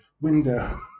window